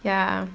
ya